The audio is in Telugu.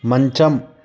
మంచం